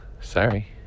Sorry